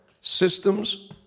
Systems